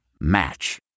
Match